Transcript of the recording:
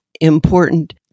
important